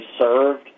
served